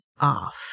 off